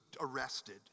arrested